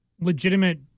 legitimate